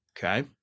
Okay